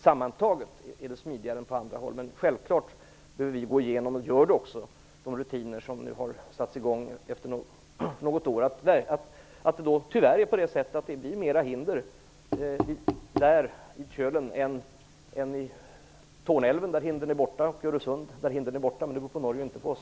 Sammantaget är samarbetet alltså smidigare än på andra håll, men vi bör självfallet - det gör vi också - gå igenom de rutiner som har satts i gång efter något år. Det blir tyvärr mera hinder där vid kölen än vid Torneälven och Öresund, där hindren är borta, men det beror på Norge och inte på oss.